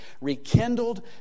rekindled